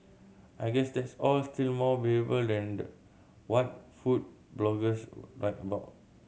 I guess that's all still more than the what food bloggers write about